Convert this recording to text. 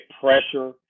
pressure